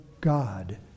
God